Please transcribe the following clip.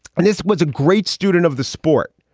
and this was a great student of the sport.